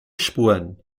spuren